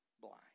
blind